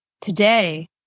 today